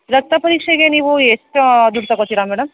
ರಕ್ತ ಪರೀಕ್ಷೆಗೆ ನೀವು ಎಷ್ಟು ದುಡ್ಡು ತಗೋತೀರಾ ಮೇಡಮ್